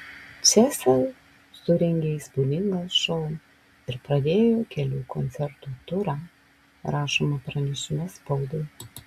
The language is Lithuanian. čia sel surengė įspūdingą šou ir pradėjo kelių koncertų turą rašoma pranešime spaudai